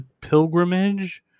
Pilgrimage